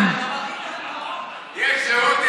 אתם, יש זהות אינטרסים.